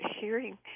hearing